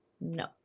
no